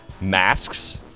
Masks